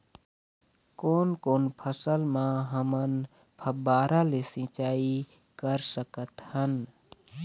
कोन कोन फसल म हमन फव्वारा ले सिचाई कर सकत हन?